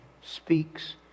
speaks